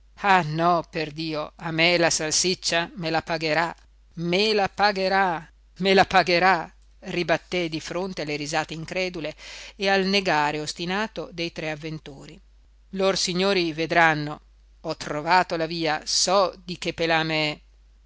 ah no perdio a me la salsiccia me la pagherà me la pagherà me la pagherà ribatté di fronte alle risate incredule e al negare ostinato dei tre avventori lor signori vedranno ho trovato la via so di che pelame